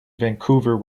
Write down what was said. vancouver